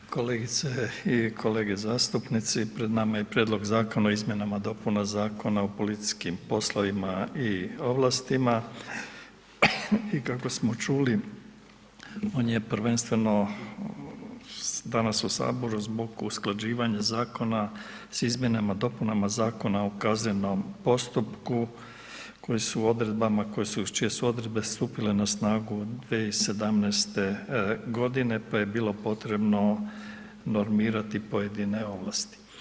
Kolegice i kolege zastupnici, pred nama je Prijedlog zakona o o izmjenama i dopunama Zakona o policijskim poslovima i ovlastima i kako smo čuli on je prvenstveno danas u saboru zbog usklađivanja zakona s izmjenama i dopunama Zakona o kaznenom postupku koji su odredbama, čije su odredbe stupile na snagu 2017. godine pa je bilo potrebno normirati pojedine ovlasti.